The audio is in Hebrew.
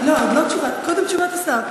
לא, עוד לא תשובת, קודם תשובת השר?